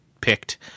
picked